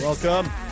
Welcome